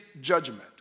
judgment